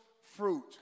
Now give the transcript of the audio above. fruit